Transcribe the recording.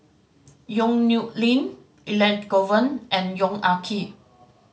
Yong Nyuk Lin Elangovan and Yong Ah Kee